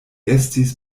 estis